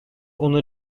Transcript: onlar